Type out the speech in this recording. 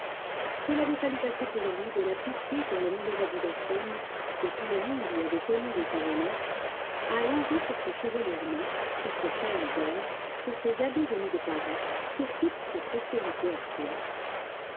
il avait fallu passer pour lui de la pitié pour le mauvais habit vert pomme que tout le monde lui avait connu dans sa jeunesse à l'envie pour ses chevaux normands pour ses chaînes d'or pour ses habits venus de paris pour toute sa prospérité actuelle